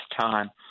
time